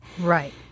right